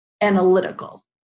analytical